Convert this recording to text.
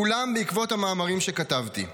כולם בעקבות המאמרים שכתבתי.